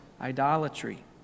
idolatry